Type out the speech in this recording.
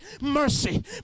mercy